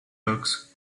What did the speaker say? clerks